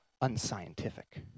unscientific